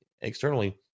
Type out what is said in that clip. externally